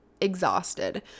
exhausted